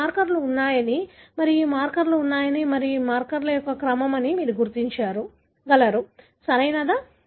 ఈ మార్కర్లు ఉన్నాయనీ మరియు ఈ మార్కర్లు ఉన్నాయనీ మరియు ఇది మార్కర్ యొక్క క్రమం అని మీరు గుర్తించగలరు సరియైనదా